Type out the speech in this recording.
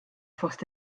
fost